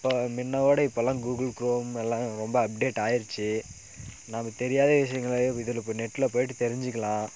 இப்போ முன்னவோட இப்போலாம் கூகுள் குரோம் எல்லாம் ரொம்ப அப்டேட் ஆகிடிச்சி நமக்கு தெரியாத விஷயங்கள இதில் நெட்டில் போய்ட்டு தெரிஞ்சுக்கலாம்